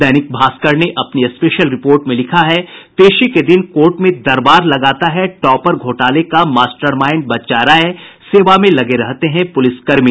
दैनिक भास्कर ने अपनी special report में लिखा है पेशी के दिन कोर्ट में दरबार लगाता है टॉपर घोटाले का मास्टरमाइंड बच्चा राय सेवा में लगे रहते हैं पुलिसकर्मी